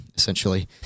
essentially